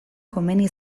komeni